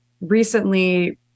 recently